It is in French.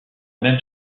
même